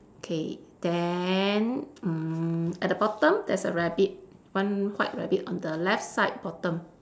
okay then mm at the bottom there's a rabbit one white rabbit on the left side bottom